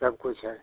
सब कुछ है